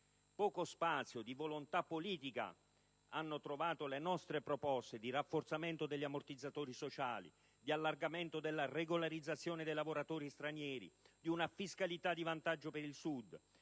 in mano in Commissione - hanno trovato le nostre proposte di rafforzamento degli ammortizzatori sociali, di allargamento della regolarizzazione dei lavoratori stranieri, di una fiscalità di vantaggio per il Sud,